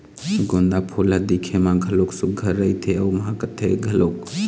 गोंदा फूल ह दिखे म घलोक सुग्घर रहिथे अउ महकथे घलोक